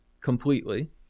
completely